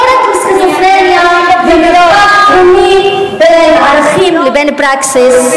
לא רק סכיזופרניה ומרחק תהומי בין ערכים לבין פרקסיס,